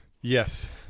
Yes